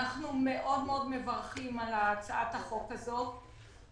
אנחנו מברכים על הצעת החוק הזאת.